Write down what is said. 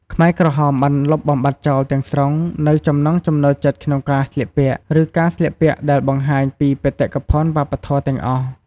ខ្មែរក្រហមបានលុបបំបាត់ចោលទាំងស្រុងនូវ ចំណង់ចំណូលចិត្តក្នុងការស្លៀកពាក់ ឬការស្លៀកពាក់ដែលបង្ហាញពី បេតិកភណ្ឌវប្បធម៌ ទាំងអស់។